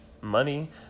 money